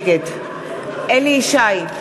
נגד אליהו ישי,